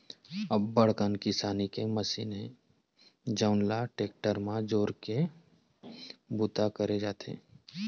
अब्बड़ कन किसानी के मसीन हे जउन ल टेक्टर म जोरके बूता करे जाथे